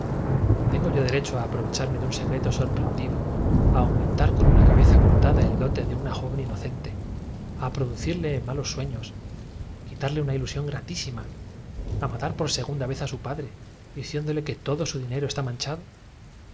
tengo yo derecho a aprovecharme de un secreto sorprendido a aumen de la historia tar con una cabeza cortada el dote de una joven inocente a producirle malos sueños quitarle una ilusión gratísima a matar por segunda vez a su padre diciéndole que todo su dinero está manchado